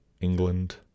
England